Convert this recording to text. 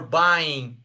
buying